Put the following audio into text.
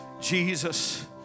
Jesus